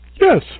Yes